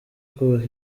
kubaka